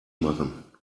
machen